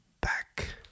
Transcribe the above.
back